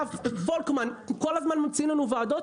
היה פולקמן כל הזמן ממציאים לנו ועדות